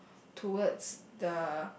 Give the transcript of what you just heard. towards the